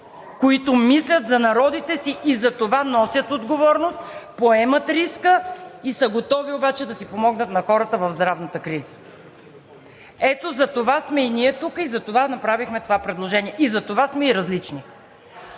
които мислят за народите си, и затова носят отговорност, поемат риска и са готови обаче да си помогнат на хората в здравната криза. Ето затова сме ние тук, затова направихме това предложение и затова сме и различни!